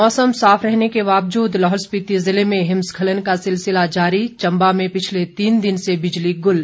मौसम साफ रहने के बावजूद लाहौल स्पिति जिले में हिमस्खलन का सिलसिला जारी चम्बा में पिछले तीन दिन से बिजली गुल